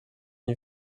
une